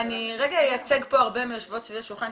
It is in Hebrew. אני רגע אייצג פה הרבה מהיושבות סביב השולחן,